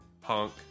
Punk